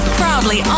proudly